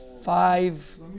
five